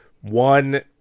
one